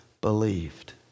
believed